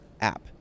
app